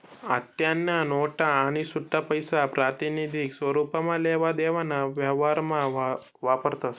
आत्तेन्या नोटा आणि सुट्टापैसा प्रातिनिधिक स्वरुपमा लेवा देवाना व्यवहारमा वापरतस